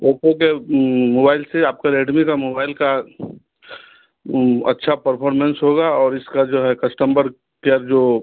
Oppo के mobile का आपका रेडमी का मोबाइल का अच्छा परफॉर्मेंस होगा और इसका जो है कस्टमर केयर जो